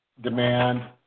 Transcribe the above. demand